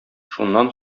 шуннан